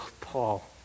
Paul